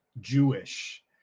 jewish